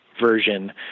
version